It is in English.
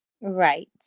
Right